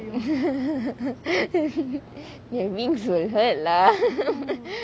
their wings will hurt lah